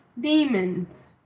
demons